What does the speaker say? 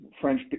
French